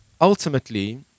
ultimately